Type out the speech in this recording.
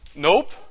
Nope